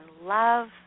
love